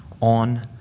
on